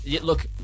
look